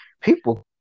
people